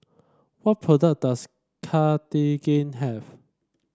what product does Cartigain have